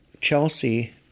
Chelsea